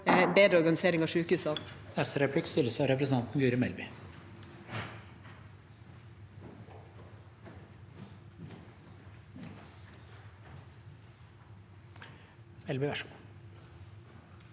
bedre organisering av sykehusene.